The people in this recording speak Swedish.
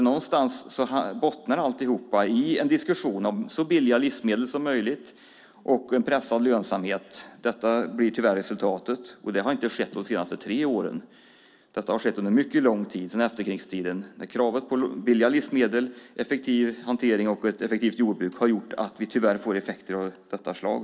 Någonstans bottnar alltihop i en diskussion om så billiga livsmedel som möjligt och en pressad lönsamhet. Detta blir tyvärr resultatet, och det har inte skett de senaste tre åren. Detta har skett under mycket lång tid - sedan efterkrigstiden. Kravet på billiga livsmedel, effektiv hantering och ett effektivt jordbruk har gjort att vi tyvärr får effekter av detta slag.